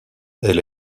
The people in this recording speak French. elle